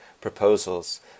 proposals